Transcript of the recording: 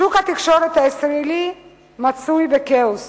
שוק התקשורת הישראלי מצוי בכאוס.